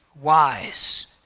wise